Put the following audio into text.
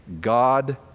God